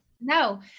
No